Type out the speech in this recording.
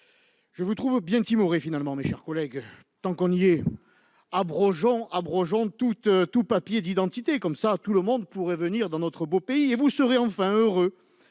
Je vous trouve bien timorés finalement, mes chers collègues. Tant qu'on y est, abrogeons tout papier d'identité ! Comme cela, tout le monde pourra venir dans notre beau pays ... Vous serez enfin heureux